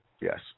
Yes